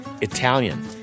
Italian